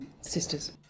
sisters